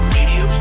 Radio